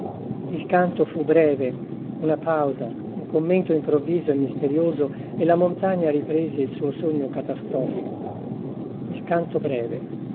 il canto fu breve una pausa un commento improvviso e misterioso e la montagna riprese il suo sogno catastrofico il canto breve